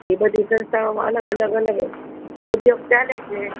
એ બધી સંસ્થાઓમા અલગ અલગ અલગ ઉદ્યોગ ચાલે છે